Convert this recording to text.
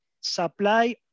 supply